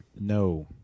No